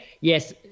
yes